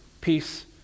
peace